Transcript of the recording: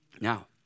Now